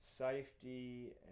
Safety